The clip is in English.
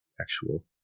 actual